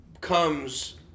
comes